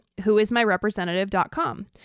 whoismyrepresentative.com